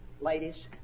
ladies